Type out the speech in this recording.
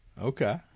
Okay